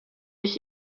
ich